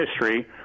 history